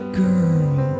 girl